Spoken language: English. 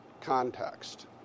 context